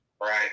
right